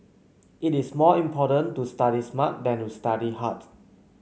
it is more important to study smart than to study hard